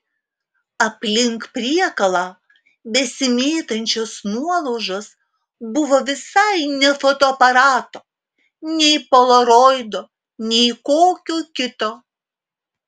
aplink priekalą besimėtančios nuolaužos buvo visai ne fotoaparato nei polaroido nei kokio kito